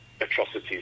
atrocities